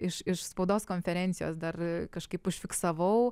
iš iš spaudos konferencijos dar kažkaip užfiksavau